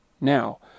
Now